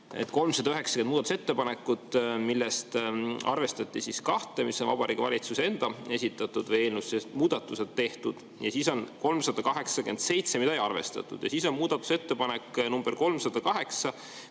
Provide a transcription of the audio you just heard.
390 muudatusettepanekut, millest arvestati kahte, mis on Vabariigi Valitsuse enda esitatud, või eelnõus sellised muudatused tehtud, ja 387, mida ei arvestatud. Ja siis on muudatusettepanek nr 308,